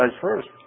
first